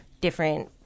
different